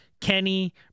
Kenny